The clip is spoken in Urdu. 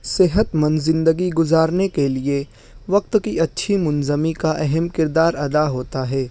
صحت مند زندگی گزارنے کے لیے وقت کی اچھی منظمی کا اہم کردار ادا ہوتا ہے